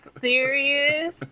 serious